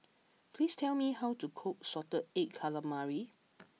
please tell me how to cook Salted Egg Calamari